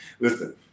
listen